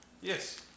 yes